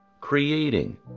creating